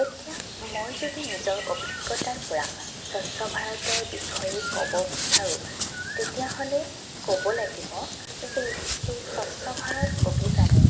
এতিয়া মই যদি নিজৰ অভিজ্ঞতাৰ পৰা স্বচ্ছ ভাৰতৰ বিষয়ে ক'ব বিচাৰোঁ তেতিয়াহ'লে ক'ব লাগিব যে এই স্বচ্ছ ভাৰত অভিযানে